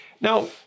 Now